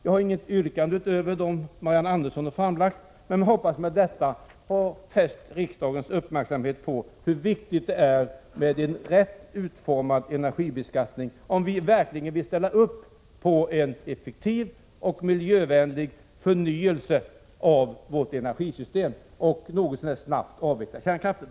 Jag har inget yrkande utöver dem Marianne Andersson har ställt, men jag hoppas att jag med detta har fäst riksdagens uppmärksamhet på hur viktigt det är med en rätt utformad energibeskattning, om vi verkligen vill ställa upp på en effektiv och miljövänlig förnyelse av vårt energisystem och något så när snabbt avveckla kärnkraften.